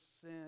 sin